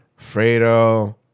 Fredo